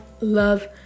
love